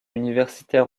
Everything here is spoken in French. universitaire